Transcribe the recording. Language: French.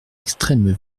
extrême